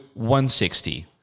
160